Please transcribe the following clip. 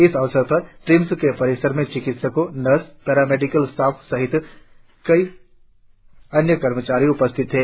इस अवसर पर ट्रिम्स के परिसर में चिकित्सकों नर्स पैरा मेडिकल स्टाफ सहित कई कर्मचारी उपस्थित थे